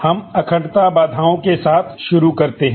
हम अखंडता बाधाओं के साथ शुरू करते हैं